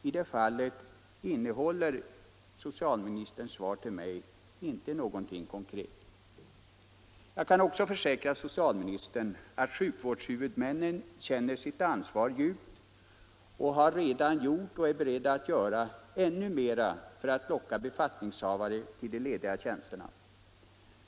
I det fallet innehåller inte socialministerns svar till mig någonting konkret. Jag kan också försäkra socialministern att sjukvårdshuvudmännen känner sitt ansvar djupt. De har redan gjort mycket, och är beredda att göra ännu mer, för att locka befattningshavare till de lediga tjänsterna.